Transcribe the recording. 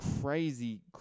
crazy